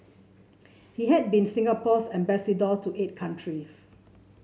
he had been Singapore's ambassador to eight countries